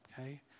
okay